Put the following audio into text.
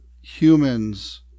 Humans